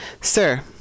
Sir